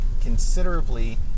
considerably